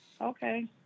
Okay